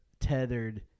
tethered